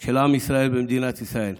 של עם ישראל במדינת ישראל.